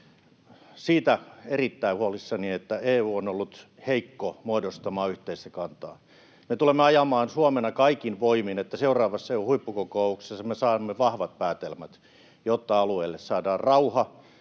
siitä erittäin huolissani, että EU on ollut heikko muodostamaan yhteistä kantaa. Me tulemme ajamaan Suomena kaikin voimin, että seuraavassa EU-huippukokouksessa me saamme vahvat päätelmät, jotta alueelle saadaan rauha